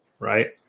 Right